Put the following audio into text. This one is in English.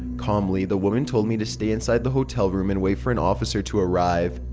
calmly, the woman told me to stay inside the hotel room and wait for an officer to arrive.